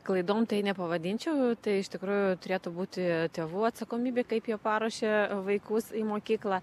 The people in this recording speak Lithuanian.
klaidom tai nepavadinčiau tai iš tikrųjų turėtų būti tėvų atsakomybė kaip jie paruošė vaikus į mokyklą